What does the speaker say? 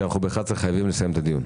כי ב-11:00 אנחנו חייבים לסיים את הדיון.